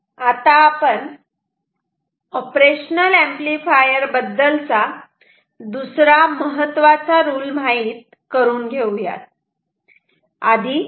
आता operational amplifier बद्दलचा दुसरा महत्त्वाचा रुल माहीत असणे गरजेचे आहे